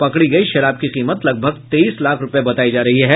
पकड़ी गयी शराब की कीमत लगभग तेईस लाख रुपये बतायी जा रहा है